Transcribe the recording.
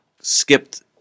skipped